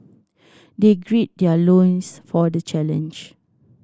they great their loins for the challenge